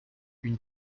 une